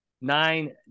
nine